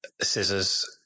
scissors